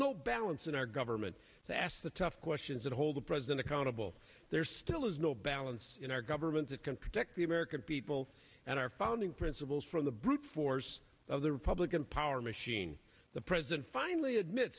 no balance in our government to ask the tough questions and hold the president accountable there still is no balance in our government that can protect the american people and our founding principles from the brute force of the republican power machine the president finally admit